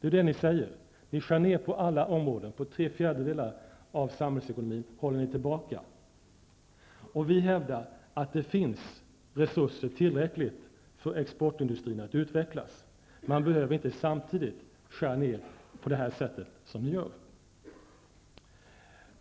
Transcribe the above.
Det är detta som ni säger. Ni skär ned på alla områden, på tre fjärdedelar av samhällsekonomins område håller ni tillbaka. Vi hävdar att det finns tillräckliga resurser för att exportindustrin skall kunna utvecklas. Man behöver inte samtidigt skära ned på det sätt som regeringen gör.